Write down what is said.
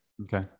Okay